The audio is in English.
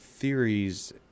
theories